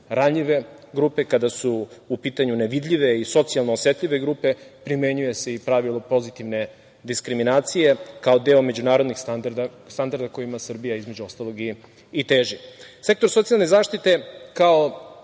ranjive grupe, kada su u pitanju nevidljive i socijalno osetljive grupe, primenjuje se i pravilo pozitivne diskriminacije, kao deo međunarodnih standarda kojima Srbija, između ostalog, i teži. Sektor socijalne zaštite kao